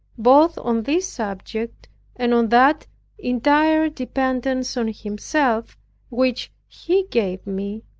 both on this subject and on that entire dependence on himself which he gave me,